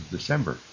December